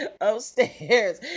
Upstairs